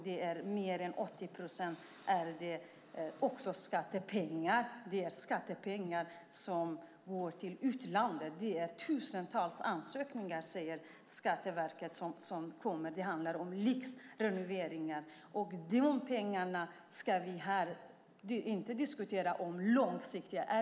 Det är mer än 80 procent, och det är också skattepengar - skattepengar som går till utlandet. Skatteverket säger att det är tusentals ansökningar som kommer. Det handlar om lyxrenoveringar. Ska vi inte diskutera här om detta är långsiktiga pengar?